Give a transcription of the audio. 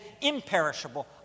imperishable